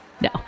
No